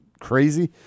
crazy